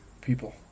people